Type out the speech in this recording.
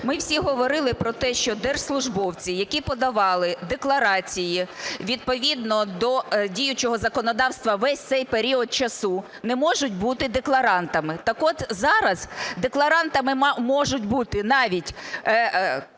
Ми всі говорили про те, що держслужбовці, які подавали декларації відповідно до діючого законодавства весь цей період часу, не можуть бути декларантами. Так от зараз декларантами можуть бути навіть